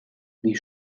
wie